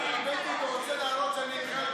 הוא רוצה להתנגד.